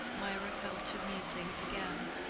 mirah fell to musing again.